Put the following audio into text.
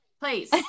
please